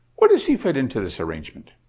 where does he fit into this arrangement?